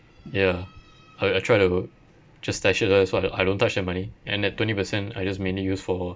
ya I I try to just stash it so I I don't touch that money and that twenty percent I just mainly use for